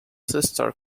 sister